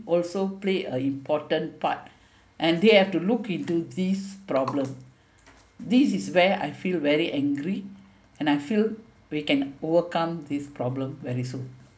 also play a important part and they have to look into this problem this is where I feel very angry and I feel we can overcome this problem very soon